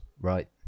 Right